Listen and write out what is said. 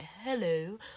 Hello